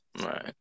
right